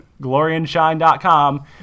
gloryandshine.com